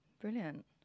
brilliant